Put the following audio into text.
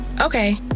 Okay